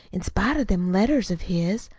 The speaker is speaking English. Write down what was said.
in spite of them letters of his.